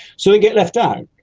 so they get left out.